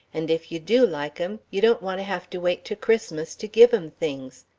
and if you do like em you don't want to have to wait to christmas to give em things.